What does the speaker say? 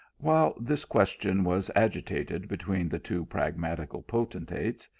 while this question was agitated between the two pragmatical potentates,